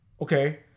okay